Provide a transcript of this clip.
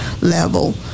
level